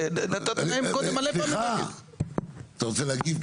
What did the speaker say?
אתה רוצה להגיב?